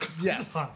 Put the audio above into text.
Yes